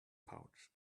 pouch